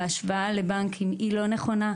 ההשוואה לבנקים היא לא נכונה.